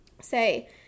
say